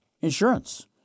insurance